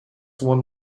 won